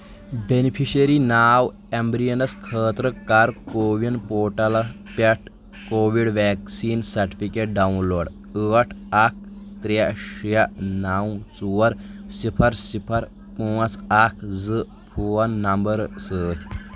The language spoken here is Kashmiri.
بینِفیشری ناو عمبریٖنَس خٲطرٕ کر کو وِن پوٹل پٮ۪ٹھ Covid vaccine certificate download ٲٹھ اکھ ترٛے شیٚے نَو ژور صِفر صِفر پانٛژھ اکھ زٕ فون نمبر سۭتۍ